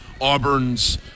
Auburn's